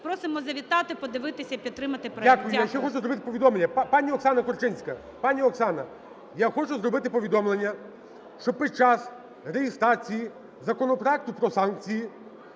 Просимо завітати, подивитися і підтримати проект. ГОЛОВУЮЧИЙ. Дякую. Я ще хочу зробити повідомлення. Пані Оксана Корчинська, пані Оксана, я хочу зробити повідомлення, що під час реєстрації законопроекту про санкції